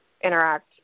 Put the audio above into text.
interact